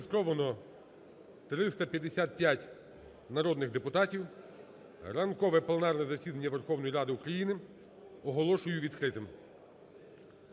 Зареєстровано 355 народних депутатів. Ранкове пленарне засідання Верховної Ради України оголошую відкритим.